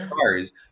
cars